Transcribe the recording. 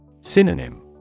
Synonym